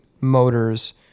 motors